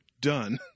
Done